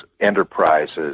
enterprises